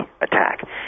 attack